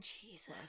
Jesus